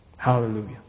hallelujah